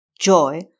joy